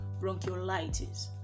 bronchiolitis